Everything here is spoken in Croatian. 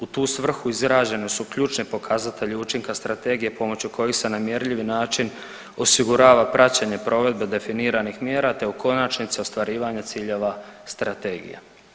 U tu svrhu izrađeni su ključni pokazatelji učinka strategije pomoću kojih se na mjerljivi način osigurava praćenje provedbe definiranih mjera, te u konačnici ostvarivanje ciljeva strategije.